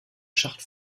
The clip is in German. schacht